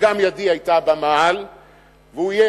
וגם ידי היתה במעל,